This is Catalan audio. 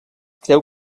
creu